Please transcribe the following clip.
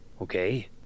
Okay